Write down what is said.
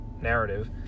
narrative